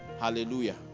hallelujah